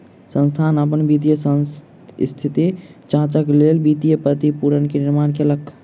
संस्थान अपन वित्तीय स्थिति जांचक लेल वित्तीय प्रतिरूपण के निर्माण कयलक